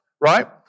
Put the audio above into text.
right